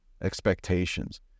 expectations